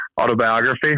autobiography